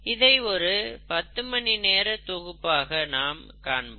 இதை ஒரு 10 மணிநேர தொகுப்பாக நாம் காண்போம்